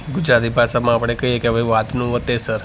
ગુજરાતી ભાષામાં આપણે કહીએ કે ભૈ વાતનું વતેસર